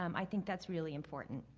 um i think that's really important.